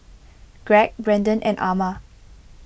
Greg Brendon and Ama